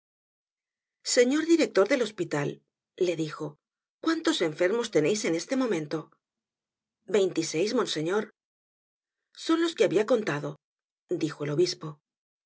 señor director del hospital le dijo cuántos enfermos teneis en este momento veintiseis monseñor son los que habia contado dijo el obispo